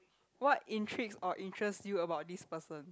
what intrigues or interests you about this person